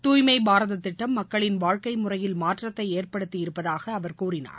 தூய்மைபாரத திட்டம் மக்களின் வாழ்க்கை முறையில் மாற்றத்தை ஏற்படுத்தியிருப்பதாக கூறினார்